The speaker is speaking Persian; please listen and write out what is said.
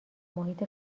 محیط